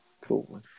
Cool